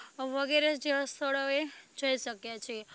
વગેરે જેવા સ્થળોએ જઈ શકીએ છીએ